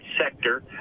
sector